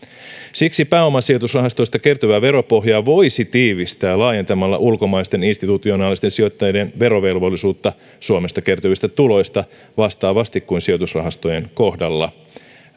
siksi pääomasijoitusrahastoista kertyvää veropohjaa voisi tiivistää laajentamalla ulkomaisten institutionaalisten sijoittajien verovelvollisuutta suomesta kertyvistä tuloista vastaavasti kuin sijoitusrahastojen kohdalla